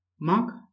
Mark